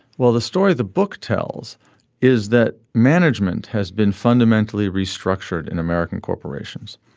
well the story the book tells is that management has been fundamentally restructured in american corporations.